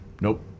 nope